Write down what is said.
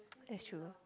that's true